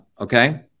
Okay